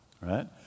right